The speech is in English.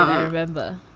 i remember.